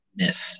miss